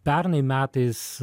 pernai metais